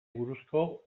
buruzko